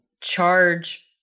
charge